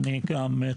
אני גם,